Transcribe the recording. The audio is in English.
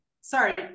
sorry